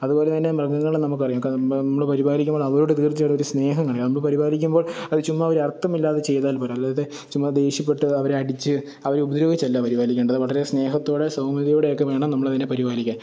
അതുപോലെ തന്നെ മൃഗങ്ങളെ നമുക്കറിയാം നമ്മൾ പരിപാലിക്കുമ്പോള് അവരോടു തീര്ച്ചയായിട്ടും ഒരു സ്നേഹം കാണിക്ക് നമ്മൾ പരിപാലിക്കുമ്പോള് അത് ചുമ്മാ ഒരര്ത്ഥമില്ലാതെ ചെയ്താല് പോര അല്ലാതെ ചുമ്മാ ദേഷ്യപ്പെട്ട് അവരെ അടിച്ച് അവരെ ഉപദ്രവിച്ചല്ല പരിപാലിക്കേണ്ടത് വളരെ സ്നേഹത്തോടെ സൗമ്യതയോടെ ഒക്കെ വേണം നമ്മളതിനെ പരിപാലിക്കാന്